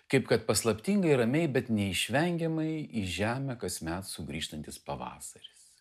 kaip kad paslaptingai ramiai bet neišvengiamai į žemę kasmet sugrįžtantis pavasaris